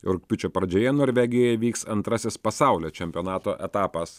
rugpjūčio pradžioje norvegijoje vyks antrasis pasaulio čempionato etapas